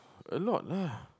a lot lah